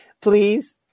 Please